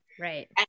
right